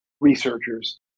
researchers